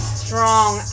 strong